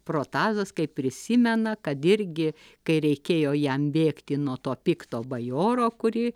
protazas kaip prisimena kad irgi kai reikėjo jam bėgti nuo to pikto bajoro kurį